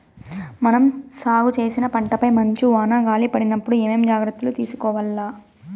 మనం సాగు చేసిన పంటపై మంచు, వాన, గాలి పడినప్పుడు ఏమేం జాగ్రత్తలు తీసుకోవల్ల?